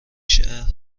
شهر